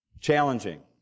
challenging